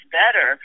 better